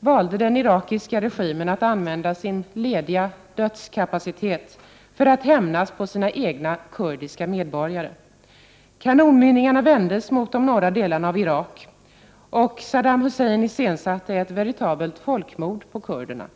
valde den irakiska regimen att använda sin lediga dödarkapacitet till att hämnas på sina egna kurdiska medborgare. Kanonmynningarna vändes mot de norra delarna av Irak, och Saddam Hussein iscensatte ett veritabelt folkmord på kurderna.